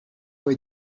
fue